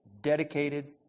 Dedicated